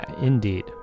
Indeed